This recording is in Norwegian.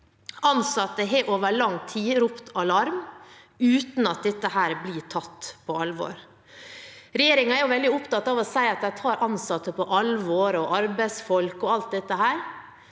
Ansatte har over lang tid ropt alarm uten at det blir tatt på alvor. Regjeringen er veldig opptatt av å si at de tar ansatte og arbeidsfolk på alvor